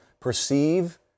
perceive